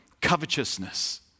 covetousness